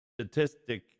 statistic